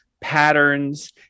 patterns